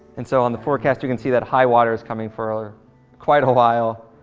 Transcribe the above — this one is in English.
and so on the forecast, you can see that high water is coming for quite a while,